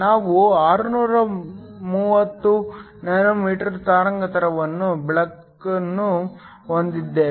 ನಾವು 630 nm ತರಂಗಾಂತರದ ಬೆಳಕನ್ನು ಹೊಂದಿದ್ದೇವೆ